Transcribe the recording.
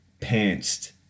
pantsed